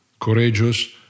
courageous